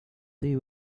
they